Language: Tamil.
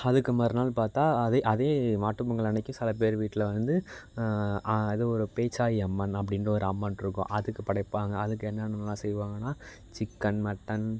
அதுக்கு மறுநாள் பார்த்தா அதே அதே மாட்டுப் பொங்கல் அன்னைக்கு சில பேர் வீட்டில் வந்து அது ஒரு பேச்சாயி அம்மன் அப்படின்ற ஒரு அம்மன் இருக்கும் அதுக்கு படைப்பாங்க அதுக்கு என்னென்னலாம் செய்வாங்கன்னா சிக்கன் மட்டன்